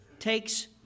takes